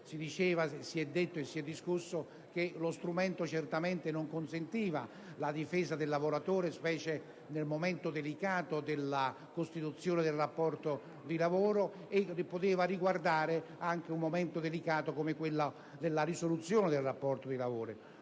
Si è detto che lo strumento certamente non consentiva la difesa del lavoratore, soprattutto nel momento delicato della costituzione del rapporto di lavoro, e che poteva riguardare anche un altro momento delicato: quello della risoluzione del rapporto di lavoro.